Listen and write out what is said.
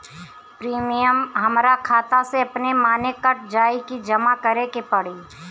Premium हमरा खाता से अपने माने कट जाई की जमा करे के पड़ी?